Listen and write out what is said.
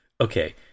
okay